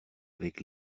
avec